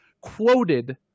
quoted